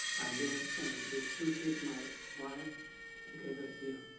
i live with two kids, my wife together here.